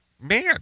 man